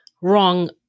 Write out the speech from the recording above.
wrong